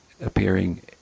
appearing